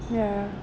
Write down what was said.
ya